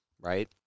right